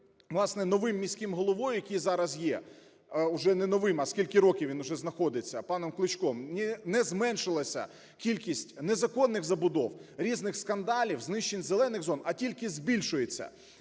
власне, новим міським головою, який зараз є (уже не новим, а скільки років він уже знаходиться), паном Кличком не зменшилася кількість незаконних забудов, різних скандалів, знищень зелених зон, а тільки збільшується.